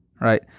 right